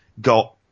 got